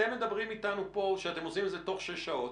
אתם מדברים אתנו פה שאתם עושים את זה תוך שש שעות.